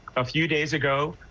a few days ago.